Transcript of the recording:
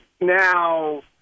now